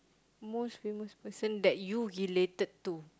most famous person that you related to